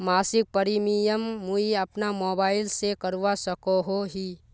मासिक प्रीमियम मुई अपना मोबाईल से करवा सकोहो ही?